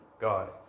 God